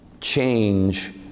change